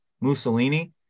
Mussolini